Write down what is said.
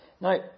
Now